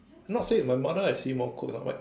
not say my mother I see more quirk